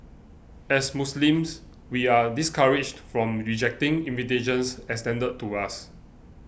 as Muslims we are discouraged from rejecting invitations extended to us